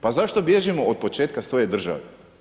Pa zašto bježimo od početka svoje države?